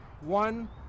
One